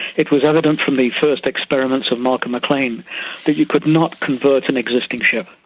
it was evident from the first experiments of malcolm mclean that you could not convert an existing ship.